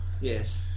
yes